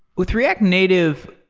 with react native,